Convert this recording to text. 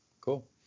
cool